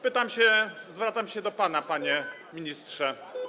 Pytam, zwracam się do pana, panie ministrze.